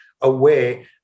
away